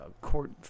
court